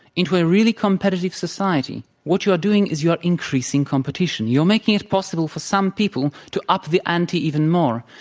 into a really competitive society, what you are doing is you are increasing competition. you are making it possible for some people to up the ante even more.